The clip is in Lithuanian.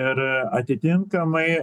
ir atitinkamai